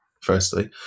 Firstly